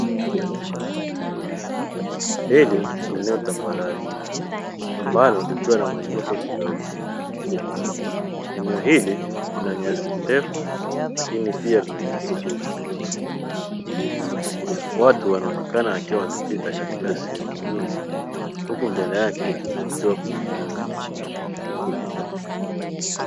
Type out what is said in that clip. Hili ni eneo tambarare ambalo likiwa na muinuko kidogo. Eneo hili lina nyasi ndefu lakini pia lina nyasi fupi. Watu wanaonekana wakiwa wanapita katika sehemu hii huku mbele yake kukiwa kuna mlima.